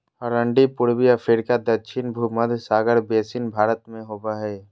अरंडी पूर्वी अफ्रीका दक्षिण भुमध्य सागर बेसिन भारत में होबो हइ